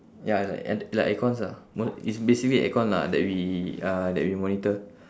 ya it's like a~ like aircons ah it's basically aircon lah that we uh that we monitor